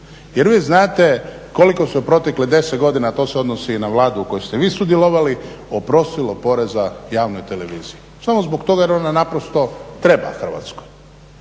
li vi znate koliko se u proteklih 10 godina, to se odnosi i na Vladu u kojoj ste vi sudjelovali, oprostilo poreza javnoj televiziji? Samo zbog toga jer ona naprosto treba Hrvatskoj.